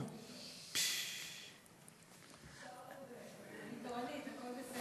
אני תורנית, הכול בסדר.